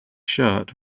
shirt